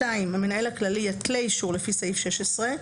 "(2) המנהל הכללי יתלה אישור לפי סעיף 16,